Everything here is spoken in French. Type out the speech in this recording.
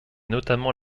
notamment